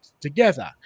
together